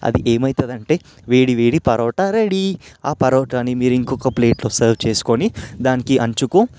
అది ఏమవుతుందంటే వేడి వేడి పరోటా రెడీ ఆ పరోటాని మీరు ఇంకొక ప్లేట్లో సర్వ్ చేసుకొని దానికి అంచుకు